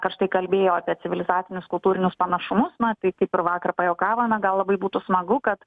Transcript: karštai kalbėjo apie civilizacinius kultūrinius panašumus na tai kaip ir vakar pajuokavome gal labai būtų smagu kad